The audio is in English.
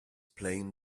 playing